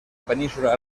península